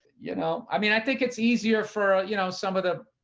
you know, i mean, i think it's easier for, you know, some of the,